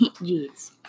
Yes